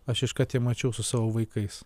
aš iškart ją mačiau su savo vaikais